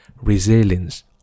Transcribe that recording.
resilience